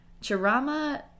Chirama